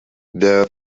der